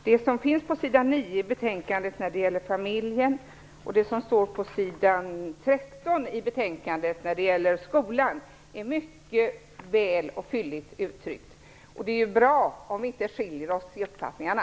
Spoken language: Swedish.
Herr talman! Jag tycker att det som står på s. 9 i betänkandet när det gäller familjen och det som står på s. 13 när det gäller skolan är mycket väl och fylligt uttryckt. Det är bra om vi inte skiljer oss åt i uppfattningarna.